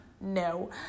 No